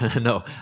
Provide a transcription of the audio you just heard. no